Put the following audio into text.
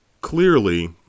clearly